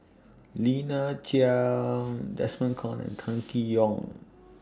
Lina Chiam Desmond Kon and Kam Kee Yong